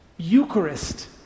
Eucharist